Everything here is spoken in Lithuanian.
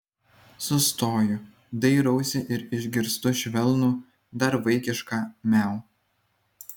sustoju dairausi ir išgirstu švelnų dar vaikišką miau